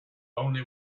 only